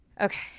okay